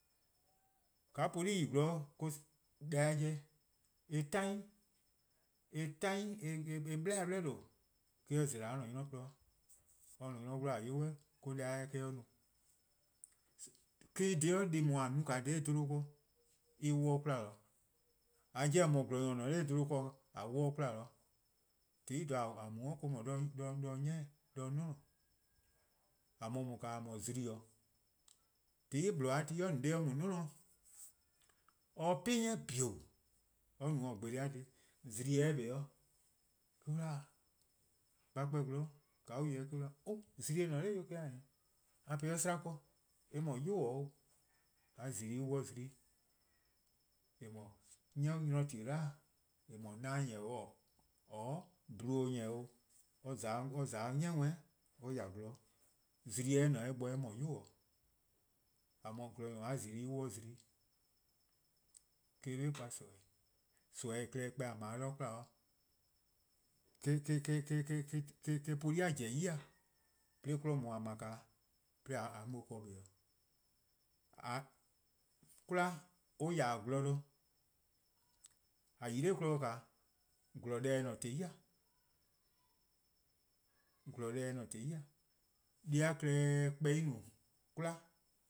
:Yeh poli' yi-a gwlor deh-a 'jeh eh tain eh 'bleh-a' 'bleh 'due' eh-: or zela: or-a' 'nynor :gwluhuh'. Or-a'a: 'nynor 'wluh-a 'yu suh deh-a 'jeh :dao' eh-: or no. Eh-: dhih deh+ :a no-a dha 'bluhba ken en 'wluh 'de 'kwla. :a yor-eh :or no-a :gwlor-nyor+ :on ne-a 'nor 'bluhba ken :a 'wluh 'de 'kwla. :za-a :dha :a mu- 'de or no 'de 'nior. :a mor :daa :a :mor zimi 'o. :tehn 'i :bluhba-a ti 'i :mor :on 'de mu 'nior, :mor or 'pli 'ni :bioru:, or no-a :gbele-a dhih zimi-eh 'kpa 'de weh, 'de on 'da a 'kpa-' :gwlor. :ka on ye-eh 'de on 'da, zimi :ne 'noror' 'o 'de or 'da keen, 'de on 'da a po-eh 'de 'slaa ken eh :mor 'yu 'oo'. A :zulu:+ 'wluh 'de zimi-'. :eh mor 'ni 'nynor dhe-a 'dlu :eh no-a 'na ni 'or :dle-' :ni 'o, or :za 'de 'ni worn 'i :ya-a' gwlor, :mor zimi-eh :ne 'de eh bo eh :mor 'yu 'o. :a :mor :gwlor-nyor+ a :zulu:+ 'wluh 'de zimi-'. Eh-: :korn 'be 'kpa nimi-eh, nimi-a klehkpeh :a 'ble-a 'de 'kwla, eh-: poli'-a pobo: ya 'de 'kmo :daa :a 'ble-a 'de :a mu-or ken kpa-' 'kwla :ya-dih gwlor de. :a yi-a 'nor 'kmo bo :gwlor deh se :ne zai' :gwlor deh se :ne zai'. deh+-a klehkpeh en no 'kwla.